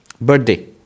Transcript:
birthday